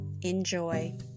Enjoy